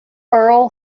earl